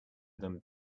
them